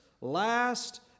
last